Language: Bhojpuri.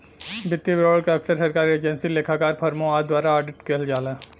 वित्तीय विवरण के अक्सर सरकारी एजेंसी, लेखाकार, फर्मों आदि द्वारा ऑडिट किहल जाला